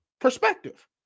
perspective